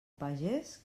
pagés